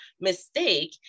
mistake